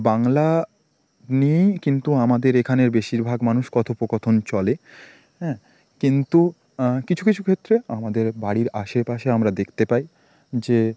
বাংলা নিয়েই কিন্তু আমাদের এখানের বেশিরভাগ মানুষ কথোপকথন চলে হ্যাঁ কিন্তু কিছু কিছু ক্ষেত্রে আমাদের বাড়ির আশেপাশে আমরা দেখতে পাই যে